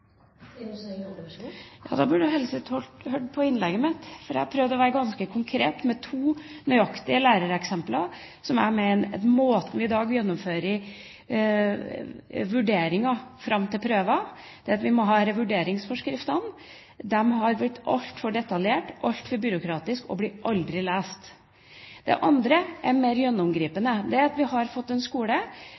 Da burde Gjelseth hørt på innlegget mitt, for jeg prøvde å være ganske konkret med to nøyaktige lærereksempler på måten vi i dag gjennomfører vurderinger fram til prøver på. Vi må ha en vurdering av forskriftene, de har blitt altfor detaljerte, altfor byråkratiske og blir aldri lest. Det andre er mer gjennomgripende. Det er at vi har fått en skole